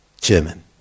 German